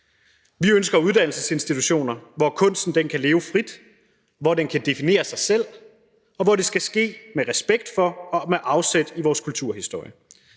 Vi ønsker uddannelsesinstitutioner, hvor kunsten kan leve frit, hvor den kan definere sig selv, og hvor det skal ske med respekt for og med afsæt i vores kulturhistorie.